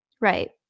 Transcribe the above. Right